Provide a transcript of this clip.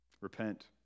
Repent